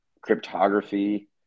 cryptography